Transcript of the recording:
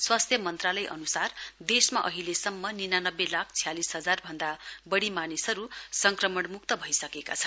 स्वास्थ्य मन्त्रालय अन्सार देशमा अहिलेसम्म निनानब्बे लाख छ्यालिस हजार भन्दा बढी मानिसहरू संक्रमणमुक्त भइसकेका छन्